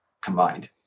combined